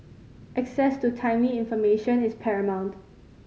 access to timely information is paramount